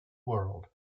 world